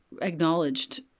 acknowledged